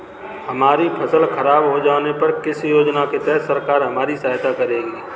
हमारी फसल खराब हो जाने पर किस योजना के तहत सरकार हमारी सहायता करेगी?